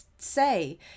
say